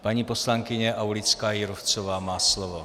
Paní poslankyně Aulická Jírovcová má slovo.